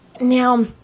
Now